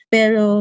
Pero